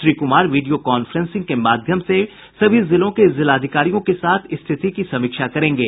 Shri Kumar video conferencing के माध्यम से सभी जिलों के जिलाधिकारियों के साथ स्थिति की समीक्षा करेंगे